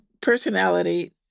personality